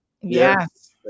Yes